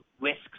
risks